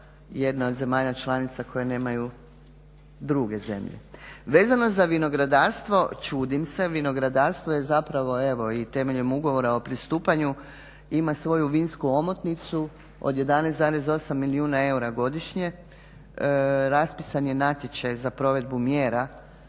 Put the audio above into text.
jedna od zemalja članica koje nemaju druge zemlje. Vezano za vinogradarstvo, čudim se, vinogradarstvo je zapravo evo i temeljem ugovora o pristupanju, ima svoju vinsku omotnicu od 11,8 milijuna eura godišnje, raspisan je natječaj za provedbu mjera